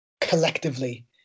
collectively